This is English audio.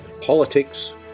politics